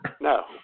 No